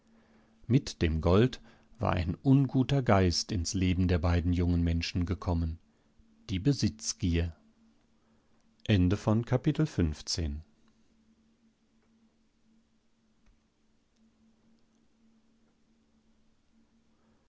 mit dem gold war ein unguter geist ins leben der beiden jungen menschen gekommen die